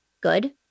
good